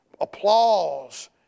applause